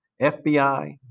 FBI